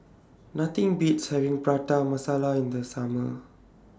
Nothing Beats having Prata Masala in The Summer